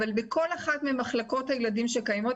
אבל בכל אחת ממחלקות הילדים שקיימות,